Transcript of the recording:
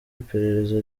iperereza